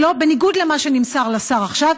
בניגוד למה שנמסר לשר עכשיו.